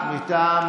מה קרה?